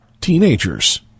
teenagers